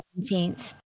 17th